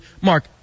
Mark